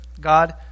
God